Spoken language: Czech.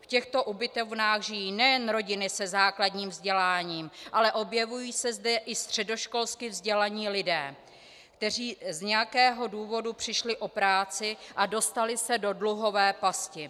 V těchto ubytovnách žijí nejen rodiny se základním vzděláním, ale objevují se zde i středoškolsky vzdělaní lidé, kteří z nějakého důvodu přišli o práci a dostali se do dluhové pasti.